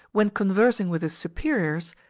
when conversing with his superiors,